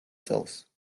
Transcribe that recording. წელს